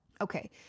okay